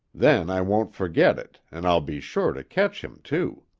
then i won't forget it and i'll be sure to catch him too.